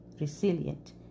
resilient